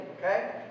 okay